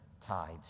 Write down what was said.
tides